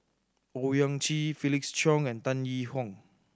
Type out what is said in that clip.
Owyang Chi Felix Cheong and Tan Yee Hong